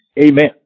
Amen